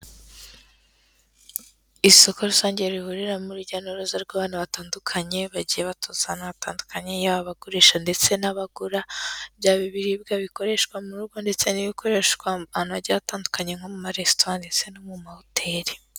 Isoko rusange rihuriramo urujya n'uruza rw'abantu batandukanye, bagiye baturutse ahantu hatandukanye yaba agurisha ndetse n'abagura, byaba ibiribwa bikoreshwa mu rugo ndetse n'ibikoreshwa ahantu hagiye hatandukanye, nko mu maresitora ndetse no mu mahoteri.